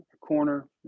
corner